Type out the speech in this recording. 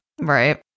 Right